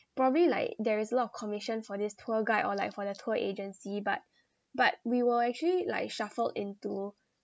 probably like there is a lot of commission for this tour guide or like for the tour agency but but we were actually like shuffled into